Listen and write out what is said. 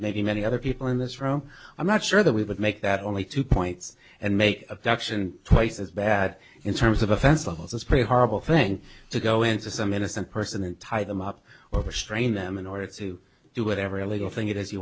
maybe many other people in this room i'm not sure that we would make that only two points and make adoption twice as bad in terms of offense levels as pretty horrible thing to go into some innocent person and tie them up overstrain them in order to do whatever illegal thing it is you